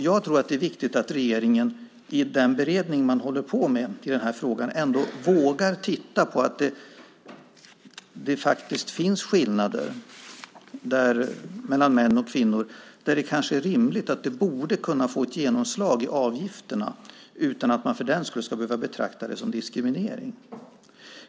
Jag tror att det är viktigt att regeringen i den beredning som pågår ändå vågar titta på att det faktiskt finns skillnader mellan män och kvinnor som rimligen borde kunna få genomslag i avgifterna utan att man för den skull ska behöva betrakta det som diskriminering.